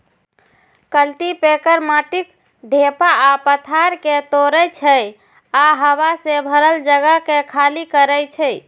cultipacker माटिक ढेपा आ पाथर कें तोड़ै छै आ हवा सं भरल जगह कें खाली करै छै